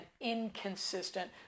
inconsistent